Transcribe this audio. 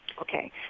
Okay